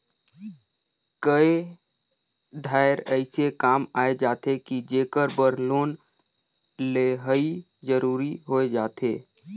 कए धाएर अइसे काम आए जाथे कि जेकर बर लोन लेहई जरूरी होए जाथे